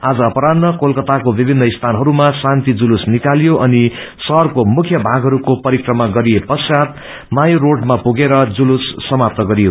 आज अपराहन्न कोलकात्तको विभिन्न स्थानहरूमा शान्ति जुलुस निकालियो अनि शहरको मुख्य भागहरूको परिकमा गरिएपश्चात् मायो रोडमा पुगेर जुलुस समाप्त गरियो